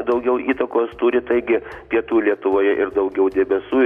daugiau įtakos turi taigi pietų lietuvoje ir daugiau debesų